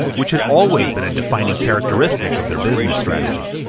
which had always been a defining characteristic of their business strategy.